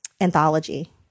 anthology